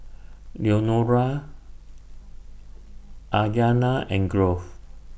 Leonora Aiyana and Grove